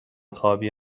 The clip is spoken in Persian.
خوابی